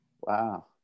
Wow